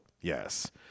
Yes